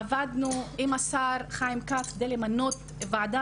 עבדנו עם השר חיים כץ כדי למנות ועדה